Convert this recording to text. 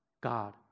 God